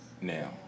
Now